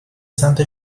سمت